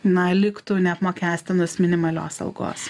na liktų neapmokestinus minimalios algos